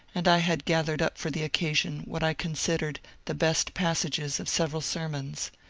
and i had gathered up for the occasion what i considered the best passages of several sermons.